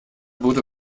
wurde